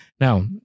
now